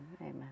amen